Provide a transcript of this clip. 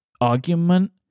argument